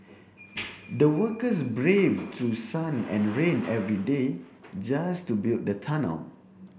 the workers braved through sun and rain every day just to build the tunnel